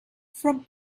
from